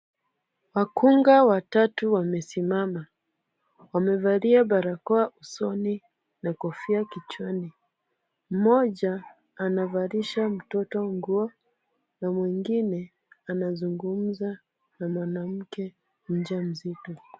Wakunga watatu wamesimama. Wamevalia barakoa usoni na kofia kichwani. Mmoja anavalisha mtoto nguo na mwingine anazungumza na mwanamke mjamzito.